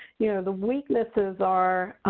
you know the weaknesses are